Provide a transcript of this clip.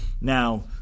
Now